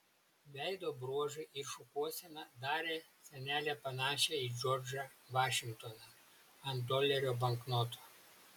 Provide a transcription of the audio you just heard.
veido bruožai ir šukuosena darė senelę panašią į džordžą vašingtoną ant dolerio banknoto